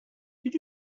did